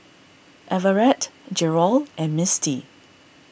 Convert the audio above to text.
Everette Jerold and Mistie